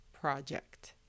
project